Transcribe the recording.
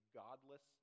godless